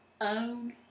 own